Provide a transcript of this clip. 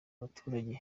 abaturage